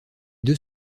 deux